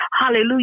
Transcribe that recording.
Hallelujah